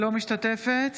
אינה משתתפת